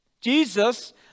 Jesus